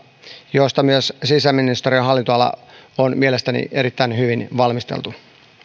joista myös sisäministeriön hallinnonala on mielestäni erittäin hyvin valmisteltu